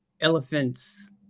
elephants